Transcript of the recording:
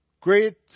Great